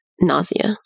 nausea